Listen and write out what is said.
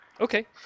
Okay